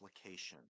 application